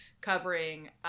covering